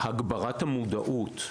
הגברת המודעות.